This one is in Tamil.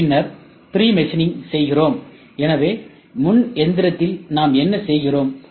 பின்னர் பிரிமெஷினிங் செய்கிறோம் எனவே முன் எந்திரத்தில் நாம் என்ன செய்கிறோம்